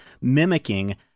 mimicking